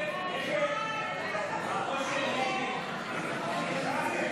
הסתייגות 26 לא